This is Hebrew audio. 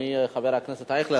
אדוני חבר הכנסת אייכלר,